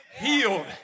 healed